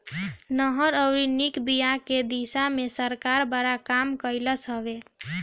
नहर अउरी निक बिया के दिशा में सरकार बड़ा काम कइलस हवे